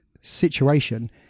situation